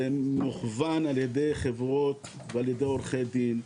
מכוון על ידי חברות ועל ידי עורכי דין.